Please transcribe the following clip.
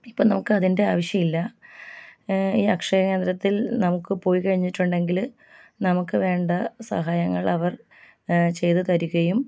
ഇപ്പം നമുക്ക് അതിൻ്റെ ആവശ്യമില്ല ഈ അക്ഷയ കേന്ദ്രത്തിൽ നമുക്ക് പോയി കഴിഞ്ഞിട്ടുണ്ടെങ്കിൽ നമുക്ക് വേണ്ട സഹായങ്ങൾ അവർ ചെയ്തു തരുകയും